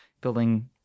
building